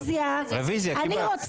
6 נגד, 7 נמנעים, אין לא אושר.